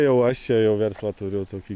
jau aš čia jau verslą turiu tokį